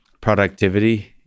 productivity